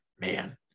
man